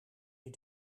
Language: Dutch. die